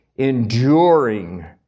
enduring